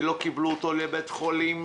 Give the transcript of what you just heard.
לא קיבלו אותו לבין חולים,